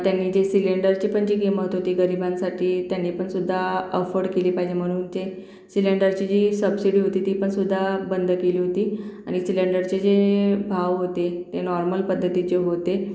त्यांनी जे सिलेंडरचीपण जी किंमत होती गरिबांसाठी त्यांनीपणसुद्धा अफोड केली पाहिजे म्हणून ते सिलेंडरची जी सबसिडी होती तीपणसुद्धा बंद केली होती आणि सिलेंडरचे जे भाव होते ते नॉर्मल पद्धतीचे होते